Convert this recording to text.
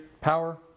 power